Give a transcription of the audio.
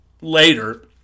later